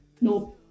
No